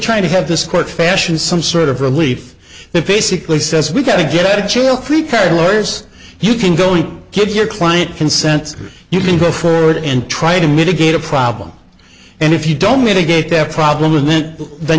trying to have this court fashion some sort of relief that basically says we gotta get outta jail free card lawyers you can go and get your client consent or you can go forward and try to mitigate a problem and if you don't mitigate their problem and then then